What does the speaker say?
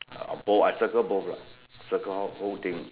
or both I circle both lah circle whole thing